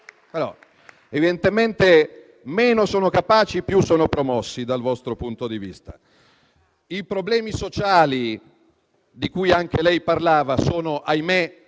Evidentemente, meno sono capaci, più sono promossi dal vostro punto di vista. I problemi sociali, di cui anche lei ha parlato, sono - ahimè